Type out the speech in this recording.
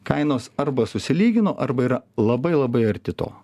kainos arba susilygino arba yra labai labai arti to